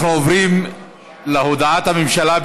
אנחנו עוברים להצבעה על הודעת הממשלה,